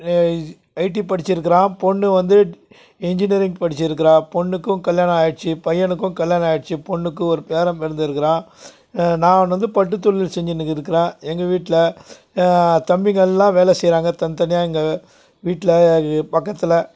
ID படிச்சியிருக்குறான் பொண்ணு வந்து இன்ஜினியரிங் படிச்சியிருக்குறா பொண்ணுக்கும் கல்யாணம் ஆயிடுச்சு பையனுக்கும் கல்யாணம் ஆயிடுச்சு பொண்ணுக்கு ஒரு பேரன் பிறந்துருக்குறான் நான் வந்து பட்டு தொழில் செஞ்சின்னு இருக்கிறேன் எங்கள் வீட்டில் தம்பிங்க எல்லாம் வேலை செய்யறாங்க தனித்தனியாக எங்கள் வீட்டில் பக்கத்தில்